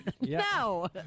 No